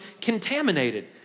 contaminated